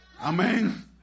Amen